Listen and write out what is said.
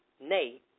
Nay